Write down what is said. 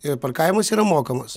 ir parkavimas yra mokamas